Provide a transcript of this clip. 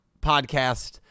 podcast